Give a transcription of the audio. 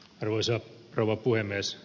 arvoisa rouva puhemies